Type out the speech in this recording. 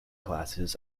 classes